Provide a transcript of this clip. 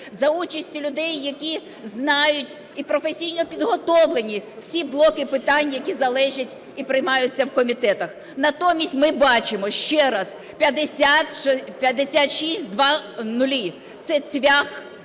за участю людей, які знають і професійно підготовлені, всі блоки питань, які залежать і приймаються в комітетах. Натомість ми бачимо, ще раз, 5600 – це цвях